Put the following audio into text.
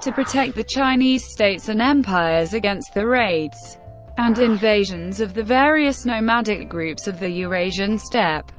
to protect the chinese states and empires against the raids and invasions of the various nomadic groups of the eurasian steppe.